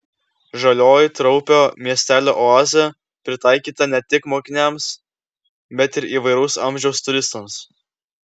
žalioji traupio miestelio oazė pritaikyta ne tik mokiniams bet ir įvairaus amžiaus turistams